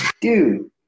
dude